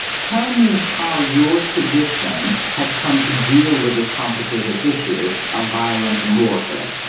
tell me how your tradition has come to deal with this complicated issue of violence and warfare.